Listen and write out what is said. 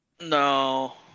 No